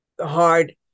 hard